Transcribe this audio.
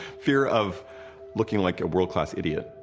fear of looking like a world-class idiot.